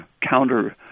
counter